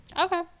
okay